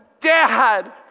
Dad